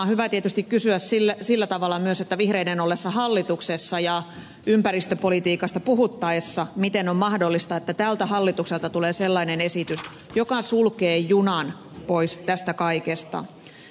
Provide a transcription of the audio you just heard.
on hyvä tietysti kysyä sillä tavalla myös miten on mahdollista vihreiden ollessa hallituksessa ja ympäristöpolitiikasta puhuttaessa että tältä hallitukselta tulee sellainen esitys joka sulkee junan pois tästä kaikesta